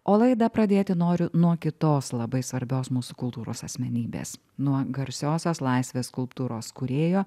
o laidą pradėti noriu nuo kitos labai svarbios mūsų kultūros asmenybės nuo garsiosios laisvės skulptūros kūrėjo